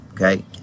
okay